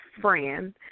friend